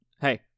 hey